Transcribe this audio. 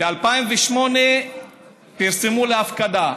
ב-2008 פרסמו להפקדה.